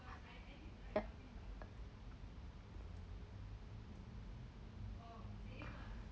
yup